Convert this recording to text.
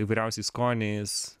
įvairiausiais skoniais